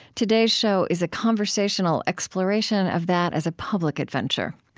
today's show is a conversational exploration of that as a public adventure.